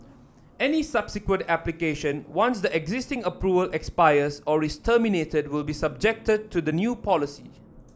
any subsequent application once the existing approval expires or is terminated will be subjected to the new policy